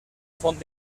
font